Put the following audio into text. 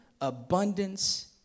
abundance